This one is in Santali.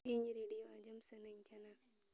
ᱤᱧ ᱨᱮᱰᱤᱭᱳ ᱟᱸᱡᱚᱢ ᱥᱟᱱᱟᱹᱧ ᱠᱟᱱᱟ